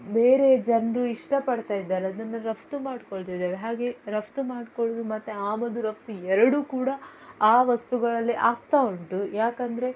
ಬೇರೆ ಜನರು ಇಷ್ಟಪಡ್ತಾಯಿದ್ದಾರೆ ಅದನ್ನು ರಫ್ತು ಮಾಡ್ಕೊಳ್ತಿದ್ದಾರೆ ಹಾಗೆ ರಫ್ತು ಮಾಡ್ಕೊಳ್ಳೋದು ಮತ್ತೆ ಆಮದು ರಫ್ತು ಎರಡು ಕೂಡ ಆ ವಸ್ತುಗಳಲ್ಲಿ ಆಗ್ತಾ ಉಂಟು ಯಾಕೆಂದರೆ